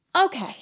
Okay